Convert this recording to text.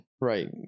right